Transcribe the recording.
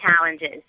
challenges